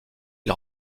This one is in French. ils